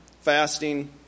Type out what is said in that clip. fasting